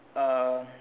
uh